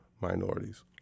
minorities